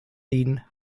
deane